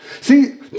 See